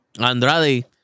Andrade